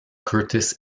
curtis